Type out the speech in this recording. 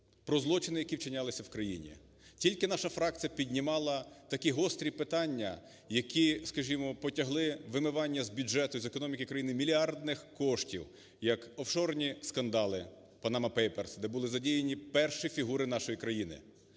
про злочини, які вчинялися в країні. Тільки наша фракція піднімала такі гострі питання, які, скажімо, потягли вимивання з бюджету, з економіки країни мільярдних коштів? як офшорні скандали Panama Papers, де були задіяні перші фігури нашої крани.